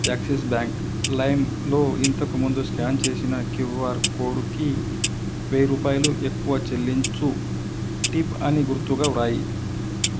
axis bank లైమ్లో ఇంతకు ముందు స్కాన్ చేసిన క్యూఆర్ కోడుకి వెయ్యి రూపాయలు ఎక్కువ చెల్లించుము టిప్ అని గురుతుగా వ్రాయి